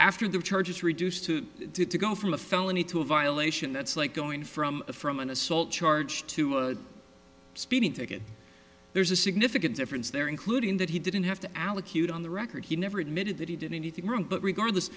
after the charges reduced to did to go from a felony to a violation that's like going from a from an assault charge to a speeding ticket there's a significant difference there including that he didn't have to allocute on the record he never admitted that he did anything wrong but regardless